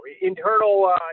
internal